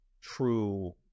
true